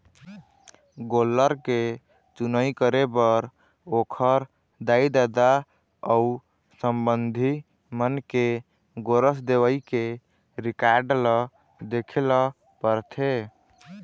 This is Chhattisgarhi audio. गोल्लर के चुनई करे बर ओखर दाई, ददा अउ संबंधी मन के गोरस देवई के रिकार्ड ल देखे ल परथे